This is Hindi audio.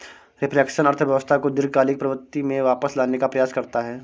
रिफ्लेक्शन अर्थव्यवस्था को दीर्घकालिक प्रवृत्ति में वापस लाने का प्रयास करता है